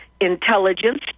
intelligence